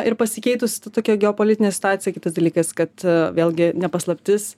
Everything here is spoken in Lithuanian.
ir pasikeitus ta tokia geopolitinė situacija kitas dalykas kad vėlgi ne paslaptis